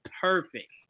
perfect